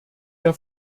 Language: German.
der